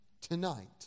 tonight